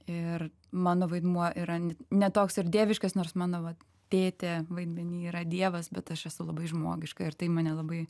ir mano vaidmuo yra ne ne toks ir dieviškas nors mano va tėtė vaidmeny yra dievas bet aš esu labai žmogiška ir tai mane labai